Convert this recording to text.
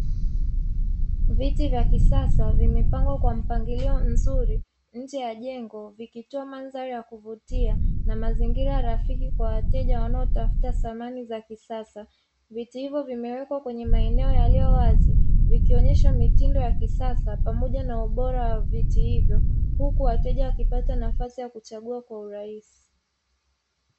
Viti vya kisasa vimepangwa kwa mpangilio mzuri nje ya jengo vikitoa mandhari ya kuvutia na mazingira rafiki kwa wateja wanaotafuta samani za kisasa, viti hivyo vimewekwa kwenye maeneo yaliyo wazi vikionyesha mitindo ya kisasa pamoja na ubora wa viti hivyo huku wateja wakipata nafasi ya kuchagua kwa urahisi.